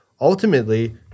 ultimately